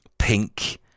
Pink